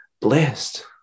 blessed